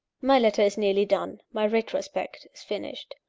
my letter is nearly done my retrospect is finished.